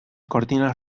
cortinas